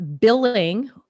billing